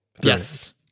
Yes